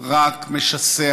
רק משסע